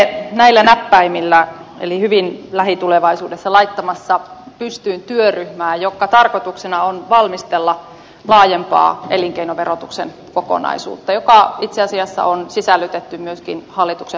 me olemme näillä näppäimillä eli hyvin lähitulevaisuudessa laittamassa pystyyn työryhmää jonka tarkoituksena on valmistella laajempaa elinkeinoverotuksen kokonaisuutta joka itse asiassa on sisällytetty myöskin hallituksen hallitusohjelmaan